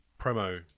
promo